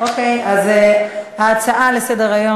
אם כך, ההצעה לסדר-היום